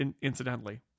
incidentally